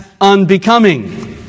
unbecoming